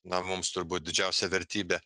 na mums turbūt didžiausia vertybė